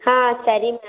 ಹಾಂ ಸರಿ ಮ್ಯಾಮ್